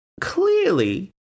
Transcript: clearly